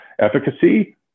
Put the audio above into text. efficacy